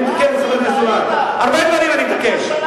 אני מתקן את זה, הרבה דברים אני מתקן, מה עשית?